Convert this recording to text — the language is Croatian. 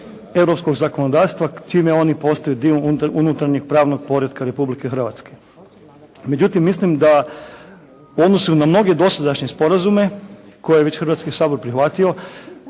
europskog zakonodavstva čime oni postaju dio unutarnjeg pravnog poretka Republike Hrvatske. Međutim, mislim da u odnosu na mnoge dosadašnje sporazume koje je već Hrvatski sabor prihvatio,